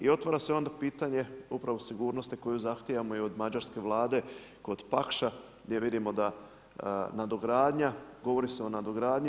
I otvara se onda pitanje upravo sigurnosti koju zahtijevamo i od mađarske Vlade kod pakša gdje vidimo da nadogradnja, govori se o nadogradnji.